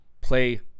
play